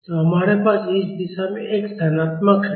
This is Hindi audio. तो हमारे पास इस दिशा में x धनात्मक है